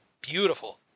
beautiful